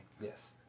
Yes